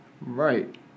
Right